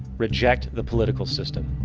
reject the political system.